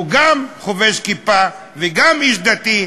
שהוא גם חובש כיפה וגם איש דתי: